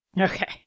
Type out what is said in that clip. Okay